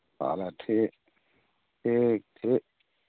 ᱛᱟᱦᱚᱞᱮ ᱴᱷᱤᱠ ᱴᱷᱤᱠ ᱴᱷᱤᱠ